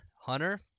hunter